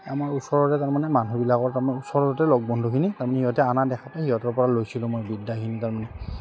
আমাৰ ওচৰতে তাৰমানে মানুবিলাকৰ তাৰমানে ওচৰতে লগৰ বন্ধুখিনিয়ে তাৰমানে সিহঁতে আনা সিহঁতৰপৰা লৈছিলোঁ মই বিদ্যাখিনি তাৰমানে